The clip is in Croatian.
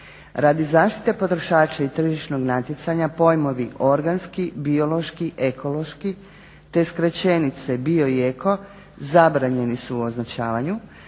Radi zaštite potrošača i tržišnog natjecanja pojmovi organski, biološki, ekološki, te skraćenice bio i eco zabranjeni su u označavanju,